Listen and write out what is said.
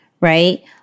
Right